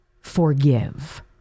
forgive